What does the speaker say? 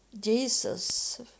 Jesus